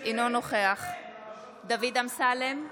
אינו נוכח דוד אמסלם,